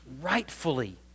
rightfully